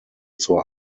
zur